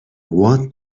what